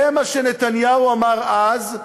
זה מה שנתניהו אמר אז.